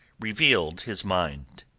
reveals his mind.